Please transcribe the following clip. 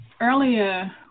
Earlier